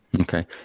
Okay